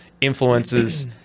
influences